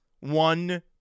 one